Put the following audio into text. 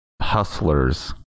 Hustlers